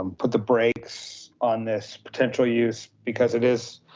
put the brakes on this potential use because it is.